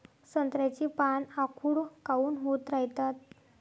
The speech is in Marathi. संत्र्याची पान आखूड काऊन होत रायतात?